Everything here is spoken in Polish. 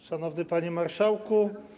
Szanowny Panie Marszałku!